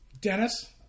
Dennis